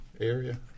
area